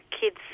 kids